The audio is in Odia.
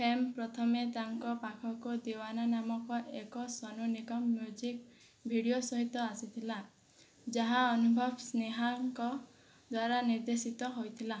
ଫେମ ପ୍ରଥମେ ତାଙ୍କ ପାଖକୁ ଦିୱାନା ନାମକ ଏକ ସନୁ ନିଗମ ମ୍ୟୁଜିକ ଭିଡ଼ିଓ ସହିତ ଆସିଥିଲା ଯାହା ଅନୁଭବ ସ୍ନେହାଙ୍କ ଦ୍ୱାରା ନିର୍ଦ୍ଦେଶିତ ହୋଇଥିଲା